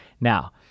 Now